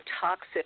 toxic